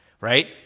right